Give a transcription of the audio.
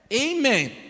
Amen